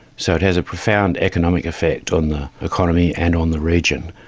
so it has a profound economic effect on the economy and on the region,